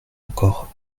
encore